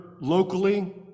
locally